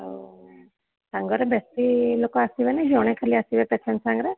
ଆଉ ସାଙ୍ଗରେ ବେଶୀ ଲୋକ ଆସିବେନି ଜଣେ ଖାଲି ଆସିବେ ପେସେଣ୍ଟ୍ ସାଙ୍ଗରେ